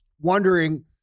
wondering